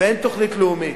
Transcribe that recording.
ואין תוכנית לאומית.